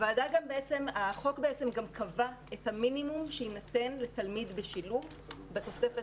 החוק גם קבע את המינימום שיינתן לתלמיד בשילוב בתוספת